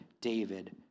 David